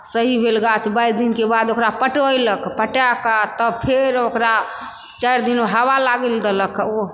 सही भेल गाछ बाइस दिनके बाद ओकरा पटेलक पटाए कऽ तब फेर ओकरा चारि दिन हवा लागै लऽ देलक